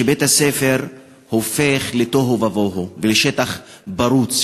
שבית-הספר הופך לתוהו ובוהו ולשטח פרוץ,